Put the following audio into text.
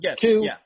two